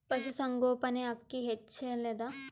ಪಶುಸಂಗೋಪನೆ ಅಕ್ಕಿ ಹೆಚ್ಚೆಲದಾ?